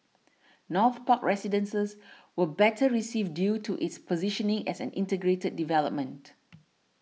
North Park Residences was better received due to its positioning as an integrated development